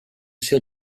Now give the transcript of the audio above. seu